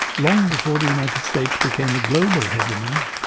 long before the united states became a global hegemon,